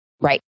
Right